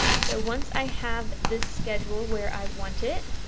so once i have this schedule where i want it